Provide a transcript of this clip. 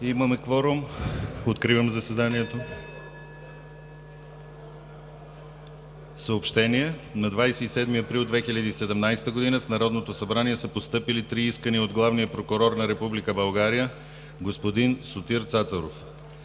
Имаме кворум. Откривам заседанието. (Звъни.) Съобщения: На 27 април 2017 г. в Народното събрание са постъпили три искания от главния прокурор на Република България господин Сотир Цацаров.